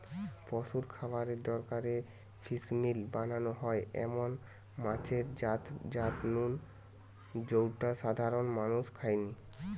পশুর খাবারের দরকারে ফিসমিল বানানা হয় এমন মাছের জাত নু জউটা সাধারণত মানুষ খায়নি